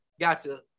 gotcha